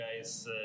guys